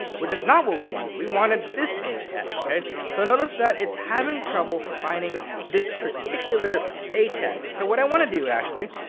which is not what we wanted. we wanted this a tag. so notice that it's having trouble finding this particular a tag. so what i want to do, actually,